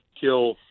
kill